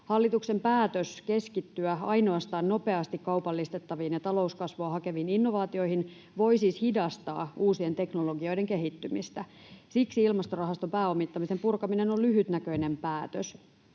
Hallituksen päätös keskittyä ainoastaan nopeasti kaupallistettaviin ja talouskasvua hakeviin innovaatioihin voi siis hidastaa uusien teknologioiden kehittymistä. Siksi Ilmastorahaston pääomittamisen purkaminen on lyhytnäköinen päätös.